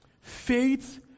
Faith